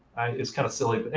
it's kind of silly.